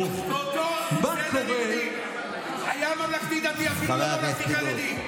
היה ממלכתי-דתי, אפילו לא ממלכתי-חרדי.